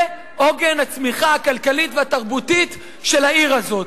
זה עוגן הצמיחה הכלכלית והתרבותית של העיר הזאת.